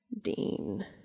Dean